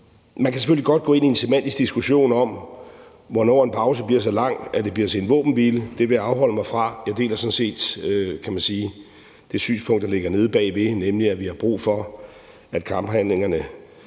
Man kan selvfølgelig godt gå ind i en semantisk diskussion om, hvornår en pause bliver så lang, at den bliver til en våbenhvile. Det vil jeg afholde mig fra, men jeg deler, kan man sige, sådan set det synspunkt, der ligger nede bagved, nemlig at vi har brug for, at kamphandlingerne